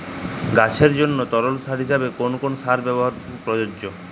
গাছের জন্য তরল সার হিসেবে কোন কোন সারের ব্যাবহার প্রযোজ্য?